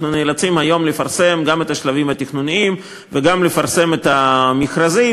אנחנו נאלצים היום לפרסם גם את השלבים התכנוניים וגם לפרסם את המכרזים,